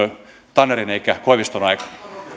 tannerin eikä koiviston aikaan